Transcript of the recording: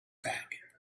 bag